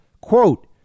quote